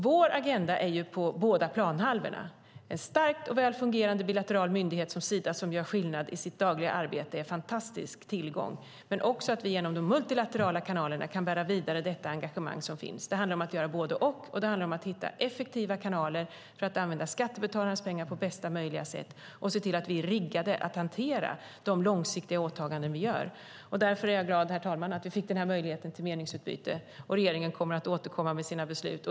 Vår agenda är på båda planhalvorna: En starkt och väl fungerande bilateral myndighet som Sida som gör skillnad i sitt dagliga arbete är en fantastisk tillgång. Men vi kan också genom de multilaterala kanalerna bära vidare det engagemang som finns. Det handlar om att göra både och. Det handlar också om att hitta effektiva kanaler för att använda skattebetalarnas pengar på bästa möjliga sätt och se till att vi är riggade att hantera de långsiktiga åtaganden som vi gör. Därför är jag glad att vi fick denna möjlighet till meningsutbyte. Regeringen kommer att återkomma med sina beslut.